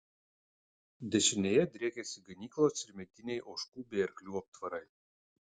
dešinėje driekėsi ganyklos ir mediniai ožkų bei arklių aptvarai